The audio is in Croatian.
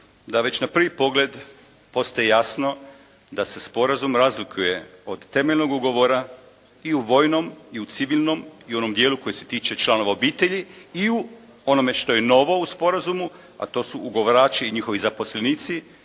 da već na prvi pogled postaje jasno da se sporazum razlikuje od temeljnog ugovora i u vojnom i u civilnom i u onom dijelu koji se tiče članova obitelji i u onome što je novo u sporazumu, a to su ugovarači i njihovi zaposlenici,